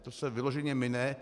To se vyloženě mine.